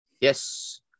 Yes